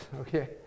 okay